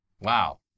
wow